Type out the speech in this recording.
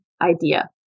idea